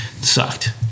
sucked